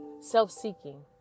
self-seeking